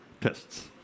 tests